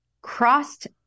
crossed